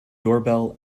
doorbell